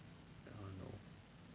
then what no